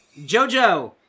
JoJo